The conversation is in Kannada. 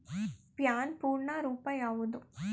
ಪ್ಯಾನ್ ಪೂರ್ಣ ರೂಪ ಯಾವುದು?